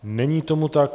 Není tomu tak.